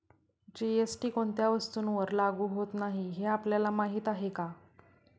GST कोणत्या वस्तूंवर लागू होत नाही हे आपल्याला माहीत आहे का?